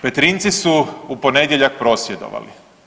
Petrinjci su u ponedjeljak prosvjedovali.